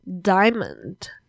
diamond